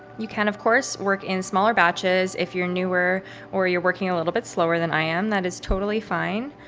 you can, of course work in smaller batches. if you're newer or you're working a little bit slower than i am, that is totally fine.